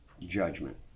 judgment